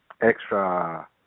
extra